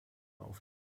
auf